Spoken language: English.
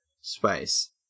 spice